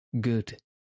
Good